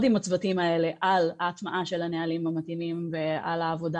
עם הצוותים האלה על ההטמעה של הנהלים המתאימים ועל העבודה